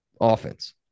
Offense